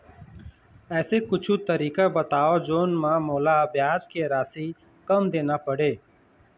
ऐसे कुछू तरीका बताव जोन म मोला ब्याज के राशि कम देना पड़े?